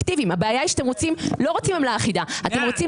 הבעיה היא שאתם רוצים לא רק עמלה אחידה אלא אתם רוצים